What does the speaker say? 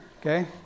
okay